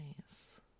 nice